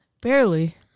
Barely